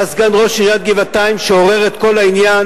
שהיה סגן ראש עיריית גבעתיים ועורר את כל העניין,